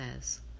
says